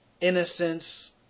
innocence